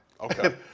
Okay